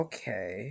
Okay